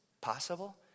possible